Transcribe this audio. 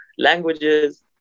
languages